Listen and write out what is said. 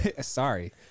Sorry